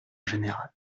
général